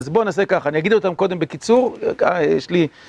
אז בואו נעשה ככה, אני אגיד אותם קודם בקיצור, יש לי...